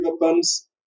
weapons